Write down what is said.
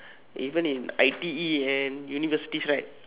even in I_T_E and universities right